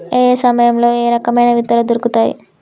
ఏయే సమయాల్లో ఏయే రకమైన విత్తనాలు దొరుకుతాయి?